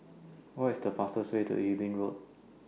What IS The fastest Way to Eben Road